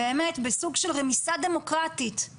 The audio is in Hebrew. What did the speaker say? באמת בסוג של רמיסה דמוקרטית,